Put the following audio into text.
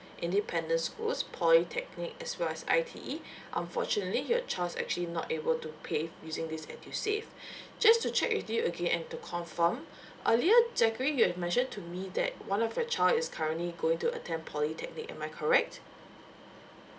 independent schools polytechnic as well as I_T_E unfortunately your child's actually not able to pay using this edusave just to check with you again and to confirm earlier zachary you have mentioned to me that one of your child is currently going to attend polytechnic am I correct